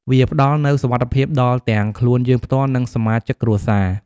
វាផ្តល់នូវសុវត្ថិភាពដល់ទាំងខ្លួនយើងផ្ទាល់ និងសមាជិកគ្រួសារ។